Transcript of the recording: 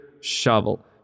shovel